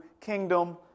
kingdom